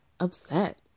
Upset